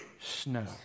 snow